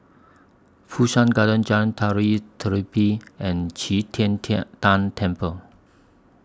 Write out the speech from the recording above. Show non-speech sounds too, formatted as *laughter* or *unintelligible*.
Fu Shan Garden Jalan Tari *unintelligible* and Qi Tian Tian Tan Temple